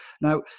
Now